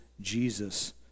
jesus